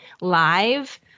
live